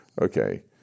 okay